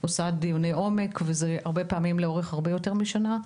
היא עושה דיוני עומק והרבה פעמים זה אורך הרבה יותר משנה.